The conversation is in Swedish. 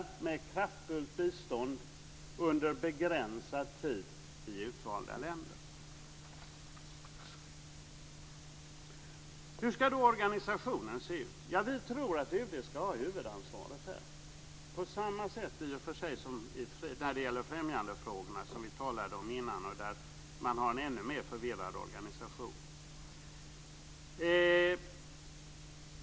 Hur ska då organisationen se ut?